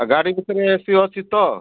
ଗାଡ଼ି ଭିତରେ ଏସି ଅଛି ତ